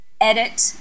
edit